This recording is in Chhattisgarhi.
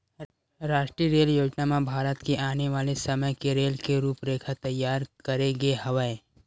रास्टीय रेल योजना म भारत के आने वाले समे के रेल के रूपरेखा तइयार करे गे हवय